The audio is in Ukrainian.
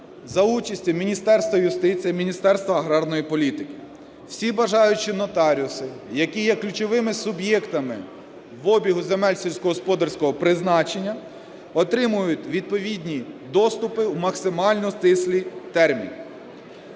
за участі Міністерства юстиції, Міністерства аграрної політики. Всі бажаючі нотаріуси, які є ключовими суб'єктами в обігу земель сільськогосподарського призначення, отримують відповідні доступи в максимально стислі терміни.